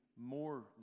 more